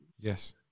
Yes